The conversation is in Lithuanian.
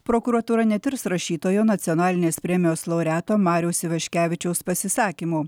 prokuratūra netirs rašytojo nacionalinės premijos laureato mariaus ivaškevičiaus pasisakymų